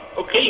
Okay